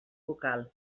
vocal